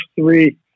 three